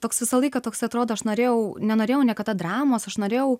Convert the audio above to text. toks visą laiką toks atrodo aš norėjau nenorėjau niekada dramos aš norėjau